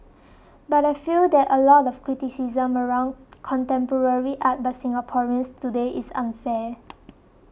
but I feel that a lot of the criticism around contemporary art by Singaporeans today is unfair